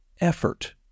effort